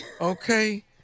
okay